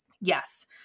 yes